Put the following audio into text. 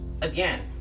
again